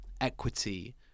equity